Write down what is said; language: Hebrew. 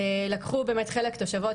לקחו באמת חלק תושבות,